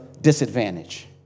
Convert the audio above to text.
disadvantage